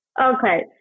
Okay